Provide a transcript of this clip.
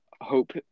hope